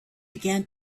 began